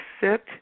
sit